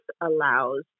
allows